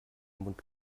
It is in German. mund